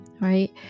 right